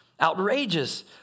outrageous